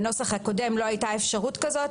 בנוסח הקודם לא הייתה אפשרות כזאת,